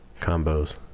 combos